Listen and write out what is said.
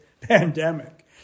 pandemic